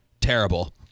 Terrible